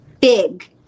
big